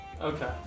Okay